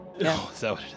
No